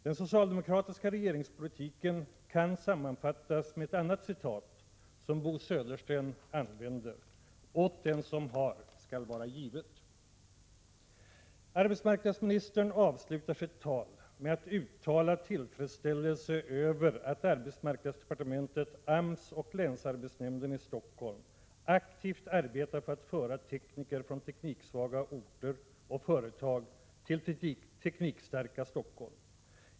Den socialdemokratiska regeringspolitiken kan sammanfattas med ett annat citat som Bo Södersten använder: ”Åt den som har skall vara givet.” Arbetsmarknadsministern avslutar sitt svar med att uttala tillfredsställelse över att arbetsmarknadsdepartementet, AMS och länsarbetsnämnden i Stockholm aktivt arbetar för att föra tekniker från tekniksvaga orter och företag till teknikstarka Stockholm.